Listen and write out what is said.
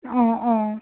অ' অ'